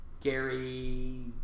Gary